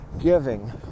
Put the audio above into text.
giving